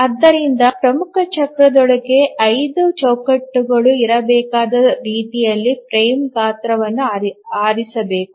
ಆದ್ದರಿಂದ ಪ್ರಮುಖ ಚಕ್ರದೊಳಗೆ ಐದು ಚೌಕಟ್ಟುಗಳು ಇರಬೇಕಾದ ರೀತಿಯಲ್ಲಿ ಫ್ರೇಮ್ ಗಾತ್ರವನ್ನು ಆರಿಸಬೇಕು